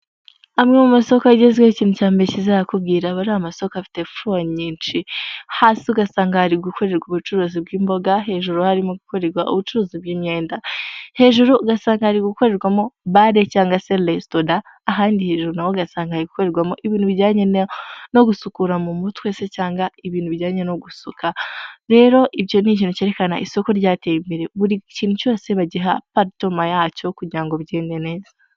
amwe mu masoko agezweho ikintu cya mbere kizayakubwira abari amasoko afite folo nyinshi, hasi ugasanga hari gukorerwa ubucuruzi bw'imboga hejuru harimo gukorerwa ubucuruzi bw'imyenda hejuru ugasangari hakorerwamo bare cyangwa se restara ahandi hejuru naho ugasanga hari gukorerwamo ibintu bijyanye no gusukura mu mutwe se cyangwa ibintu bijyanye no gusuka rero ibyo ni ikintu cyerekana isoko ryateye buri kintu cyose bagiha paritoma yacyo kugira ngo ngo bigende neza